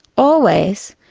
always,